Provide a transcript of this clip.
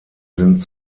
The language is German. sind